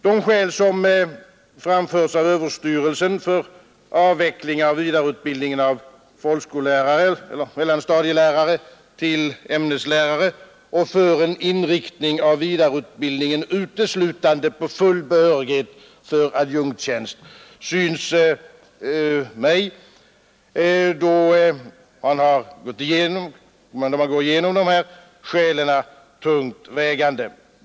De skäl som anförs av skolöverstyrelsen för avveckling av vidareutbildningen av folkskollärare eller mellanstadielärare till ämneslärare och för en inriktning av vidareutbildningen uteslutande på full behörighet för adjunktstjänst synes mig, när jag har gått igenom skälen, vara tungt vägande.